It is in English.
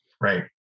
Right